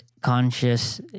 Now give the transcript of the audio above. conscious